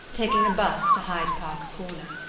taking a bus to hyde park corner.